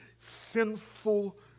sinful